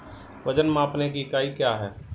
वजन मापने की इकाई क्या है?